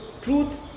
truth